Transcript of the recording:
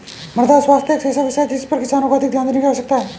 मृदा स्वास्थ्य एक ऐसा विषय है जिस पर किसानों को अधिक ध्यान देने की आवश्यकता है